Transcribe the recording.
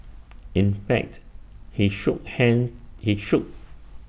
in fact he shook hands he shook